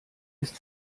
ist